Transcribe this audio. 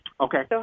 Okay